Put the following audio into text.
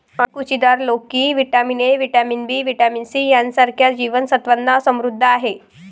अणकुचीदार लोकी vitamin A, vitamin B, vitamin C यांसारख्या जीवन सत्त्वांनी समृद्ध आहे